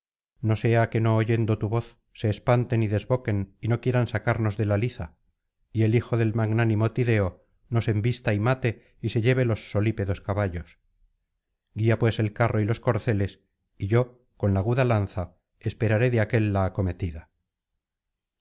no sea que no oyendo tu voz se espanten y desboquen y no quieran sacarnos de la liza y el hijo del magnánimo tideo nos embista y mate y se lleve los solípedos caballos guía pues el carro y los corceles y yo con la aguda lanza esperaré de aquél la acometida